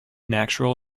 natural